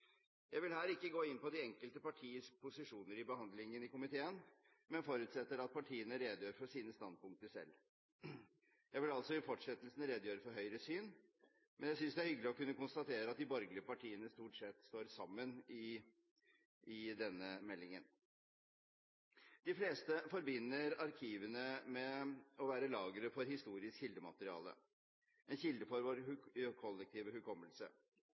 Jeg vil her ikke gå inn på de enkelte partiers posisjoner i behandlingen i komiteen, men forutsetter at partiene redegjør for sine standpunkter selv. Jeg vil altså i fortsettelsen redegjøre for Høyres syn, men jeg synes det er hyggelig å kunne konstatere at de borgerlige partiene stort sett står sammen i denne innstillingen. De fleste forbinder arkivene med å være lagre for historisk kildemateriale – en kilde for vår kollektive hukommelse.